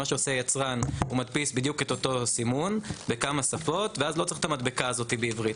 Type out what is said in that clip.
יצרן מדפיס אותו סימון בכמה שפות ואז לא צריך את המדבקה הזאת בעברית.